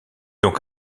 donc